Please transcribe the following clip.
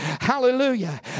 Hallelujah